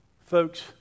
folks